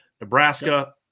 Nebraska